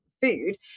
food